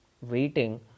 waiting